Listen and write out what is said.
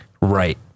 right